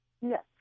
Yes